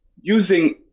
using